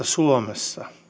suomessa